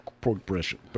progression